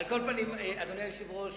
אדוני היושב-ראש,